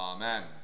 Amen